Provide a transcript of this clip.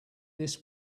this